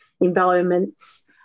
environments